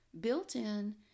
built-in